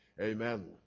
Amen